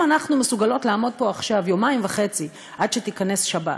אם אנחנו מסוגלות לעמוד פה עכשיו יומיים וחצי עד שתיכנס שבת,